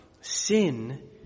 Sin